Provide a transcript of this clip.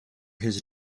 his